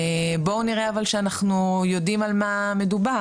אבל, בואו נראה שאנחנו יודעים על מה מדובר.